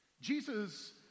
Jesus